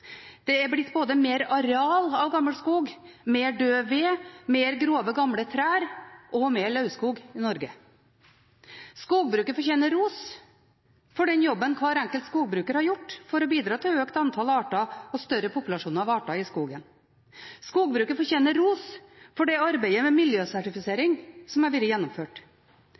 Det er blitt både mer areal av gammel skog, mer død ved, mer grove, gamle trær og mer lauvskog i Norge. Skogbruket fortjener ros for den jobben hver enkelt skogbruker har gjort for å bidra til økt antall arter og større populasjoner av arter i skogen. Skogbruket fortjener ros for det arbeidet med miljøsertifisering som har vært gjennomført.